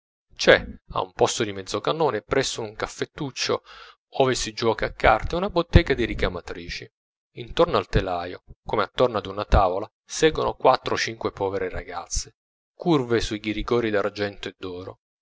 a un posto di mezzocannone presso un caffettuccio ove si giuoca a carte una bottega di ricamatrici intorno al telaio come attorno al una tavola seggono quattro o cinque povere ragazze curve sui ghirigori d'argento o d'oro